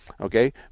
okay